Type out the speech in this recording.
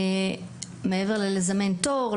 מעבר ללזמן תור,